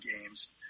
games